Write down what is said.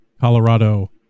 Colorado